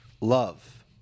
Love